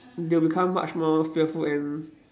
they'll become much more fearful and